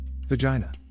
Vagina